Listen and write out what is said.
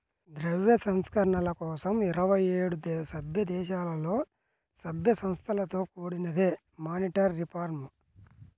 ద్రవ్య సంస్కరణల కోసం ఇరవై ఏడు సభ్యదేశాలలో, సభ్య సంస్థలతో కూడినదే మానిటరీ రిఫార్మ్